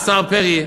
השר פרי,